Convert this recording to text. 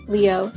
Leo